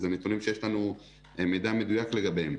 ואלה נתונים שיש לנו מידע מדויק לגביהם.